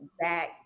back